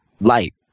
light